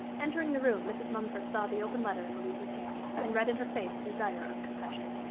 entering the room, mrs. mumford saw the open letter in louise's hand, and read in her face a desire of confession.